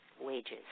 wages